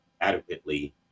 adequately